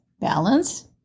Balance